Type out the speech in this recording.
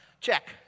check